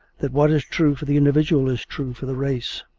that what is true for the individual is true for the race.